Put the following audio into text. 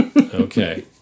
okay